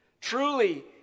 Truly